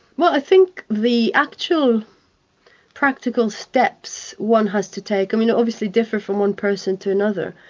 well i think the actual practical steps one has to take, i mean it obviously differs from one person to another,